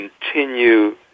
continue